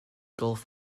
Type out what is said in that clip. gulf